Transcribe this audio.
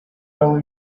early